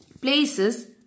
places